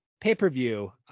pay-per-view